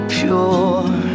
pure